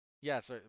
Yes